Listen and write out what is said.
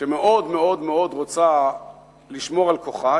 שמאוד מאוד רוצה לשמור על כוחה,